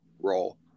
role